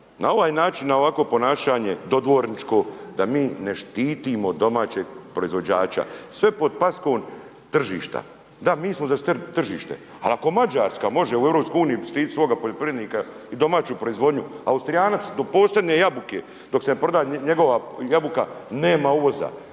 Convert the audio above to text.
na ovaj način, na ovakvo ponašanje dodvorničko da mi ne štitimo domaćeg proizvođača sve pod paskom tržišta. Da mi smo za tržište, ali ako Mađarska može u Europskoj uniji štiti svoga poljoprivrednika i domaću proizvodnju Austrijanac do posljednje jabuke, dok se ne proda njegova jabuka nema uvoza.